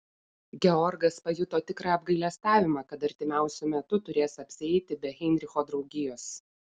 georgas pajuto tikrą apgailestavimą kad artimiausiu metu turės apsieiti be heinricho draugijos